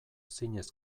zinez